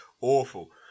awful